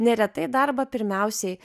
neretai darbą pirmiausiai